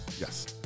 yes